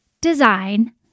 design